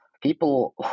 people